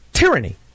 tyranny